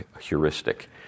heuristic